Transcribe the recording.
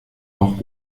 auch